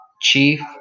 chief